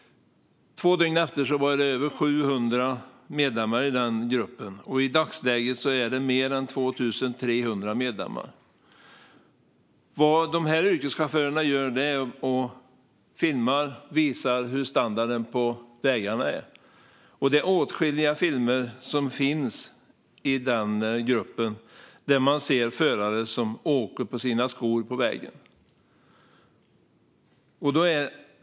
Två dygn senare hade gruppen över 700 medlemmar, och i dagsläget har den fler än 2 300 medlemmar. Vad yrkeschaufförerna i gruppen gör är att filma och visa standarden på vägarna. Det finns åtskilliga filmer där man ser förare som åker på sina skor på vägen.